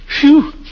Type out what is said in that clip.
Phew